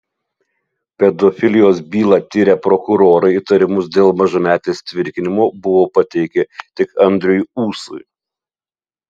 pedofilijos bylą tyrę prokurorai įtarimus dėl mažametės tvirkinimo buvo pateikę tik andriui ūsui